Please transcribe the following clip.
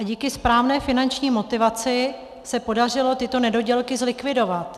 A díky správné finanční motivaci se podařilo tyto nedodělky zlikvidovat.